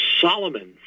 Solomon